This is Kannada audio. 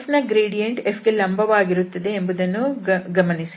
f ನ ಗ್ರೇಡಿಯಂಟ್ f ಗೆ ಲಂಬವಾಗಿರುತ್ತದೆ ಎಂಬುದನ್ನು ಗಮನಿಸಿ